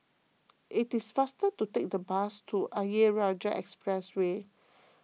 it is faster to take the bus to Ayer Rajah Expressway